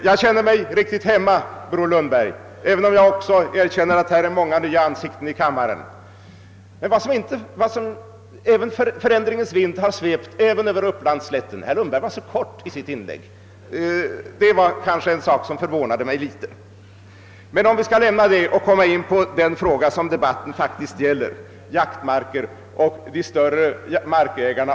Jag känner mig riktigt hemma, bror Lundberg, även om också jag finner att det är många nya ansikten i kammaren. Förändringens vind har emellertid svept även över Upplands slätten — herr Lundberg var så kortfattad i sitt inlägg, och det förvånade mig. Men låt mig lämna detta och komma in på den fråga som debatten faktiskt gäller: jaktmarker och markägare!